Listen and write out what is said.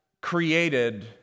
created